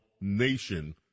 nation